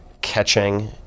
catching